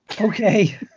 Okay